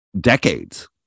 decades